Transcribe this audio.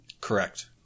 Correct